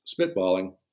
spitballing